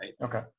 okay